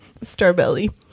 Starbelly